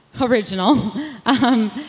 original